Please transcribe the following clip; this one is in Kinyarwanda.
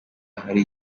ahari